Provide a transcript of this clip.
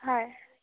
হয়